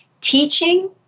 teaching